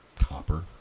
Copper